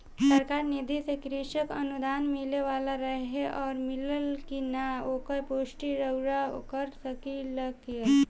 सरकार निधि से कृषक अनुदान मिले वाला रहे और मिलल कि ना ओकर पुष्टि रउवा कर सकी ला का?